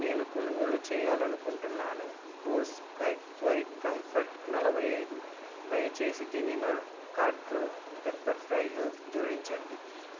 నేను కొనుగోలు చేయాలనుకుంటున్నాను బోస్ క్వైట్ కంఫర్ట్ నలభై ఐదు దయచేసి దీన్ని నా కార్ట్లో పెప్పర్ఫ్రైలో జోడించండి